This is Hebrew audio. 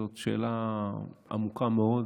זאת שאלה עמוקה מאוד,